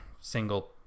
single